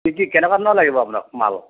কি কি কেনেকুৱা ধৰণৰ লাগিব আপোনাক মাল